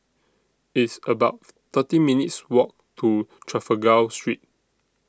It's about thirteen minutes' Walk to Trafalgar Street